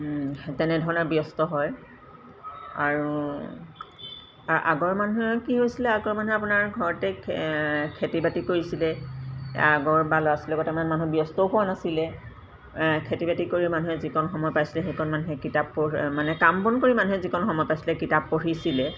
তেনেধৰণে ব্যস্ত হয় আৰু আগৰ মানুহে কি হৈছিলে আগৰ মানুহে আপোনাৰ ঘৰতে খেতি বাতি কৰিছিলে আগৰ বা ল'ৰা ছোৱালী লগতে ইমান মানুহ ব্যস্তও হোৱা নাছিলে খেতি বাতি কৰি মানুহে যিকণ সময় পাইছিলে সেইকণ মানুহে কিতাপ পঢ়ে মানে কাম বন কৰি মানুহে যিকণ সময় পাইছিলে কিতাপ পঢ়িছিলে